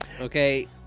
okay